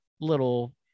little